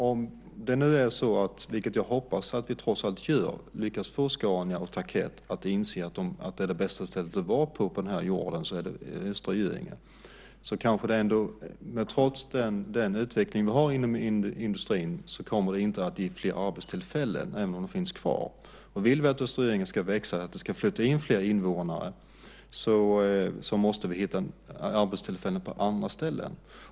Om vi, vilket jag hoppas, lyckas få Scania och Tarkett att se att det bästa stället på den här jorden att vara på är Östra Göinge, så kommer det på grund av den utveckling vi har inom industrin inte att ge fler arbetstillfällen. Om vi vill att Östra Göinge ska växa och att det ska flytta in fler invånare måste vi hitta arbetstillfällen på andra ställen.